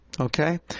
Okay